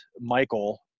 michael